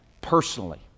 personally